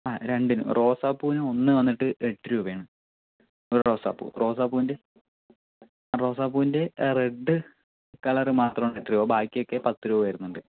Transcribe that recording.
ആ രണ്ടിനും റോസാപ്പൂവിനു ഒന്ന് വന്നിട്ട് എട്ടുരൂപയാണ് ഒരു റോസാപ്പൂ റോസ്സാപ്പൂവിൻ്റെ റോസ്സാപ്പൂവിൻ്റെ റെഡ് കളറ് മാത്രമാണ് എട്ടുരൂപ ബാക്കിയൊക്കെ പത്തുരൂപ വരുന്നുണ്ട്